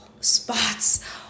spots